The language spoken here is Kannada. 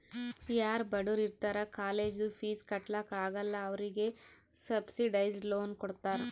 ಯಾರೂ ಬಡುರ್ ಇರ್ತಾರ ಕಾಲೇಜ್ದು ಫೀಸ್ ಕಟ್ಲಾಕ್ ಆಗಲ್ಲ ಅವ್ರಿಗೆ ಸಬ್ಸಿಡೈಸ್ಡ್ ಲೋನ್ ಕೊಡ್ತಾರ್